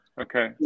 okay